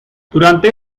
durante